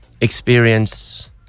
experience